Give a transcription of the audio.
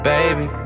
Baby